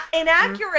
inaccurate